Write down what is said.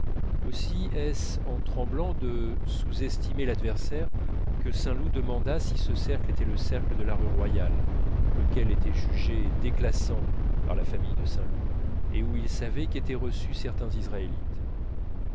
aussi est-ce en tremblant de sous estimer l'adversaire que saint loup demanda si ce cercle était le cercle de la rue royale lequel était jugé déclassant par la famille de saint loup et où il savait qu'étaient reçus certains israélites